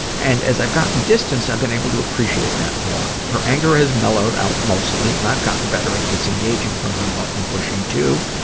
and as i've gotten distance, i've been able to appreciate that more. her anger has mellowed out mostly, and i've gotten better at disengaging from her button-pushing, too.